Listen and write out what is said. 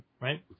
right